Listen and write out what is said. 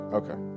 okay